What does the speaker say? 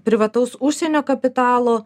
privataus užsienio kapitalo